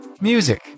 music